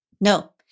No